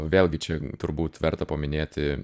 vėlgi čia turbūt verta paminėti